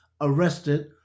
arrested